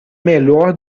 melhor